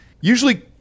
Usually